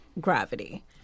gravity